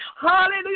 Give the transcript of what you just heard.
hallelujah